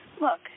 Look